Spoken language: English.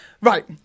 Right